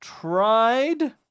tried